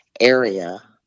area